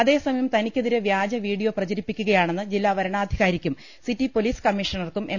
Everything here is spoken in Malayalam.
അതേസമയം തനിക്കെതിരേ വ്യാജ വീഡിയോ പ്രചരിപ്പിക്കുകയാണെന്ന് ജില്ലാ വരണാധികാരിക്കും സിറ്റി പോലീസ് കമ്മി ഷണർക്കും എം